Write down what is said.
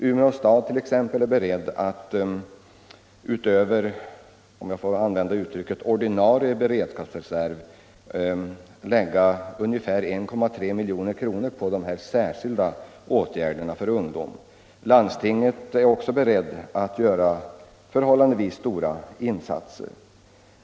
Umeå stad är t.ex. beredd att utöver ”ordinarie beredskapsreserv”, om jag får använda 61 det uttrycket, lägga ungefär 1,3 milj.kr. på särskilda åtgärder för ungdom. Landstinget är också berett att göra förhållandevis stora insatser.